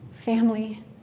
family